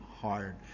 hard